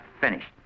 finished